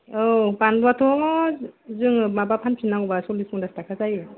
औ बानलुयाथ' जों माबा फानफिननांगौबा सललिस फनसास ताखा जायो